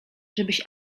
żebyś